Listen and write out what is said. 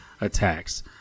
attacks